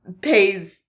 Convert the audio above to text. pays